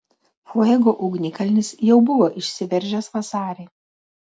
fuego ugnikalnis jau buvo išsiveržęs vasarį